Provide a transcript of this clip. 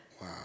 Wow